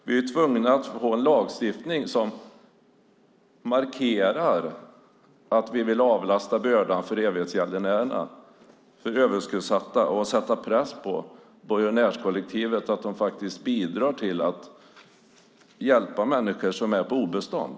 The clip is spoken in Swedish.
Vi är tvungna att få en lagstiftning som markerar att vi vill avlasta bördan för evighetsgäldenärerna, för de överskuldsatta, och sätta press på borgenärskollektivet, så att de faktiskt bidrar till att hjälpa människor som är på obestånd.